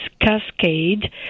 cascade